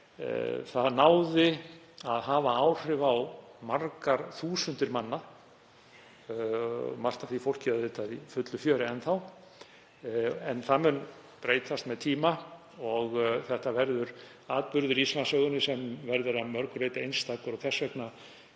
það náði að hafa áhrif á margar þúsundir manna. Margt af því fólki er auðvitað er í fullu fjöri enn þá, en það mun breytast með tíma og þetta verður atburður í Íslandssögunni sem verður að mörgu leyti einstakur. Þess vegna